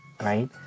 right